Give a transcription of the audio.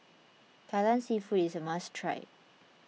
Kai Lan Seafood is a must try